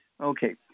Okay